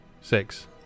six